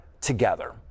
together